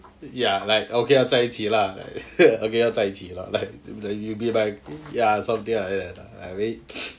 ya like okay lor 在一起 lah like okay lor 在一起 lah like you you be my ya something like that like very